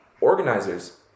organizers